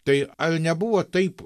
tai ar nebuvo taip